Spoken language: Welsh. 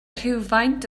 rhywfaint